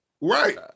Right